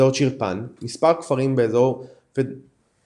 אזור צ'ירפאן, מספר כפרים באזור פלובדיב,